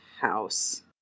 house